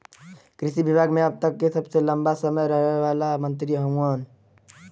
कृषि विभाग मे अब तक के सबसे लंबा समय रहे वाला मंत्री हउवन